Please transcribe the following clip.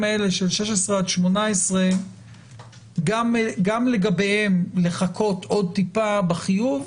האלה של 16 עד 18 גם לגביהם לחכות עוד טיפה בחיוב,